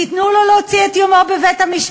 תיתנו לו להוציא את יומו בבית-המשפט,